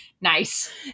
nice